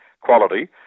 quality